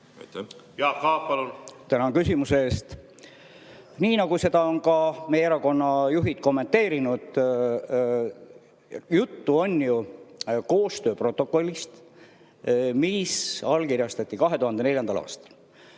Jaak Aab, palun! Tänan küsimuse eest! Nii nagu seda on ka meie erakonna juhid kommenteerinud, on jutt ju koostööprotokollist, mis allkirjastati 2004. aastal.